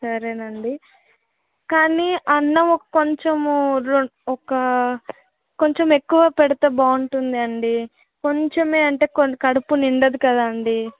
సరేనండి కానీ అన్నం కొంచెము రొ ఒక కొంచెం ఎక్కువ పెడితే బాగుంటుందండి కొంచమే అంటే కడుపు నిండదు కదండి